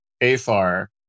AFAR